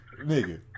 Nigga